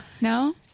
No